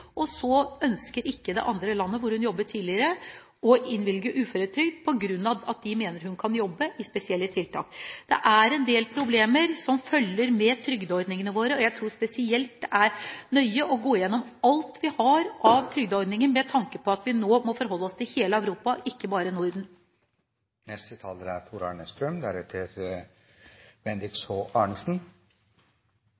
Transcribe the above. og så ønsker ikke det andre landet, hvor hun jobbet tidligere, å innvilge uføretrygd fordi de mener hun kan jobbe i spesielle tilfeller. Det er en del problemer som følger med trygdeordningene våre, og jeg tror spesielt det er viktig å gå nøye gjennom alt vi har av trygdeordninger, med tanke på at vi nå må forholde oss til hele Europa, ikke bare Norden. Dette bærer preg av at det er